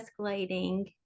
escalating